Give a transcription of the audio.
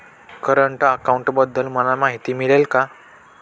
Current अकाउंटबद्दल मला माहिती मिळेल का?